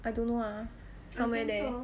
I don't know ah somewhere there